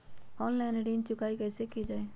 Online ऋण चुकाई कईसे की ञाई?